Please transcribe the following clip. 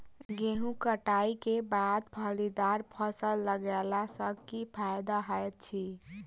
गेंहूँ कटाई केँ बाद फलीदार फसल लगेला सँ की फायदा हएत अछि?